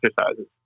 exercises